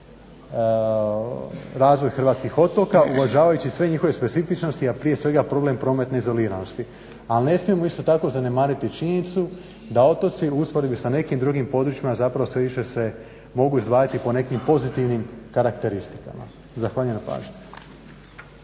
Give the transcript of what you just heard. razvoj hrvatskih otoka uvažavajuće sve njihove specifičnosti a prije svega problem prometne izoliranosti. Ali ne smijemo isto tako zanemariti činjenicu da otoci u usporedbi sa nikim drugim područjima zapravo sve više se mogu izdvajati po nekim pozitivnim karakteristikama. Zahvaljujem na pažnji.